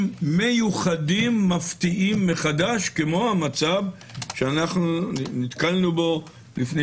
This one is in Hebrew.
מיוחדים מפתיעים מחדש כמו המצב שאנו נתקלנו בו לפני